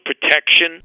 protection